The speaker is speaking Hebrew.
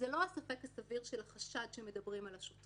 זה לא הספק הסביר של החשד שמדברים על השוטרים,